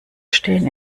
stehen